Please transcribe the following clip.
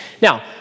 Now